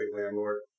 landlord